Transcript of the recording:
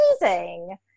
amazing